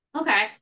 okay